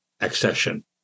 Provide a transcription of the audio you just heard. accession